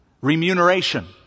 Remuneration